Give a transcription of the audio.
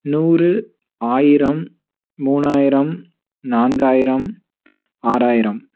நூறு ஆயிரம் மூணாயிரம் நான்காயிரம் ஆறாயிரம்